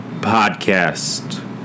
podcast